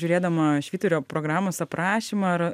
žiūrėdama švyturio programos aprašymą ar